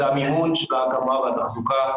זה המימון של ההקמה והתחזוקה.